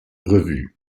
revue